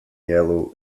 yellow